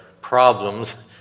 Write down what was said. problems